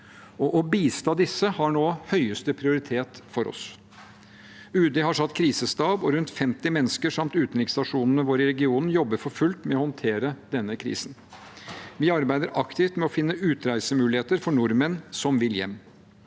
Å bistå disse har nå høyeste prioritet for oss. UD har satt krisestab, og rundt 50 mennesker – samt utenriksstasjonene våre i regionen – jobber for fullt med å håndtere denne krisen. Vi arbeider aktivt med å finne utreisemuligheter for nordmenn som vil hjem.